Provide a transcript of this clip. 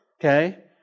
okay